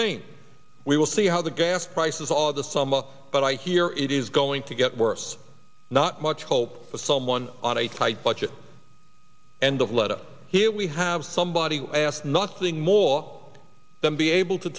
maine we will see how the gas prices all of the summer but i hear it is going to get worse not much hope for someone on a tight budget and of leta here we have somebody who asked not seeing more than be able to